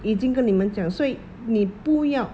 已经跟你们讲所以你不要